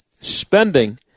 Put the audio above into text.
spending